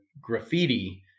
graffiti